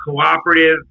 cooperative